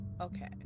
Okay